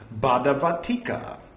Badavatika